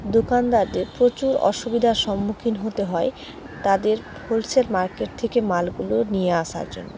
দোকানদারদের প্রচুর অসুবিধার সম্মুখীন হতে হয় তাদের হোলসেল মার্কেট থেকে মালগুলো নিয়ে আসার জন্য